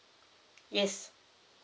yes